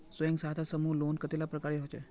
स्वयं सहायता समूह लोन कतेला प्रकारेर होचे?